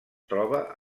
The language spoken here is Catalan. troba